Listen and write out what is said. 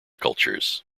cultures